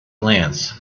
glance